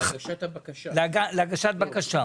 להגשת בקשה.